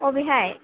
अबेहाय